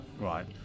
Right